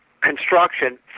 Construction